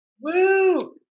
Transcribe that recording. Woo